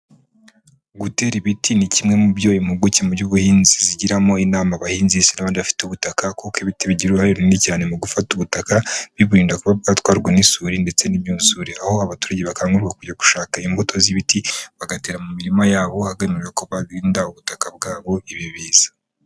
Gutera ibiti ni kimwe mu byo impuguke mu by'ubuhinzi zigiramo inama abahinzi, ndetse n'abandi bafite ubutaka, kuko ibiti bigira uruhare runini cyane mu gufata ubutaka biburinda kuba bwatwarwa n'isuri, ndetse n'imyuzure, aho abaturage bakangurirwa kujya gushaka imbuto z'ibiti bagatera mu mirima yabo hagamijwe ko barinda ubutaka bwabo ibi biza.